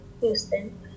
Houston